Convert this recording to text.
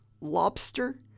lobster